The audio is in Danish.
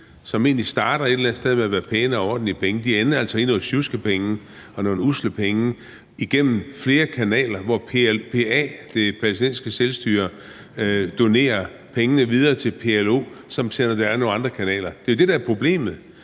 som egentlig starter med et eller andet sted at være pæne og ordentlige penge, ender altså med at være sjuskede penge og usle penge igennem flere kanaler, hvor PA, det palæstinensiske selvstyre, donerer pengene videre til PLO, som sender dem ad nogle andre kanaler. Det er jo det, der er problemet.